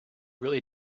really